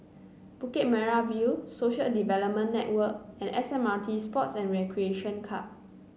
Bukit Merah View Social Development Network and S M R T Sports and Recreation Club